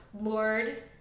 Lord